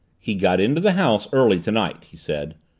he got into the house early tonight, he said,